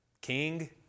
king